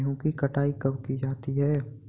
गेहूँ की कटाई कब की जाती है?